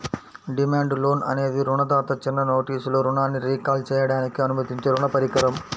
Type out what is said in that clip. demand loan అనేది రుణదాత చిన్న నోటీసులో రుణాన్ని రీకాల్ చేయడానికి అనుమతించే రుణ పరికరం